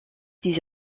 des